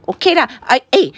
okay lah I eh